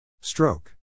Stroke